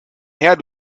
her